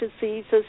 diseases